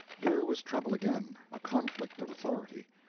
here was trouble again a conflict of authority.